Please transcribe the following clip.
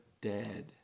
dead